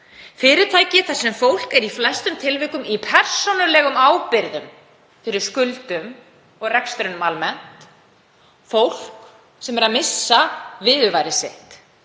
fyrirtæki þar sem fólk er í flestum tilvikum í persónulegum ábyrgðum fyrir skuldum og rekstrinum almennt, fólk sem er að missa viðurværi sitt.